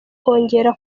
kongera